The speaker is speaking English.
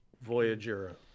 Voyager